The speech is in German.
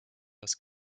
das